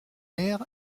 clair